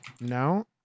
No